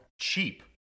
cheap